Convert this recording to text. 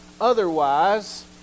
otherwise